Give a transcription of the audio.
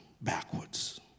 backwards